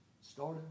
Started